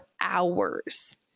hours